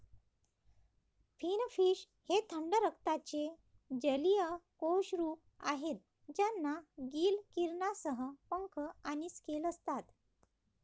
finfish हे थंड रक्ताचे जलीय कशेरुक आहेत ज्यांना गिल किरणांसह पंख आणि स्केल असतात